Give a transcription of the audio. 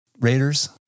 Raiders